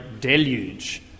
deluge